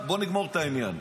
בוא נגמור את העניין.